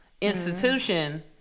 institution